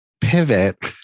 pivot